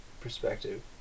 perspective